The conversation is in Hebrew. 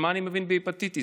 מה אני מבין בהפטיטיס,